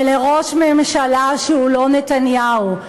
ולראש ממשלה שהוא לא נתניהו.